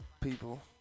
people